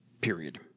Period